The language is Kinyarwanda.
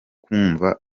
kumwumva